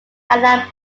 allan